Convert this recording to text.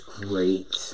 great